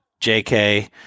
JK